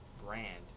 brand